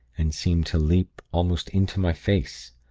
and seemed to leap almost into my face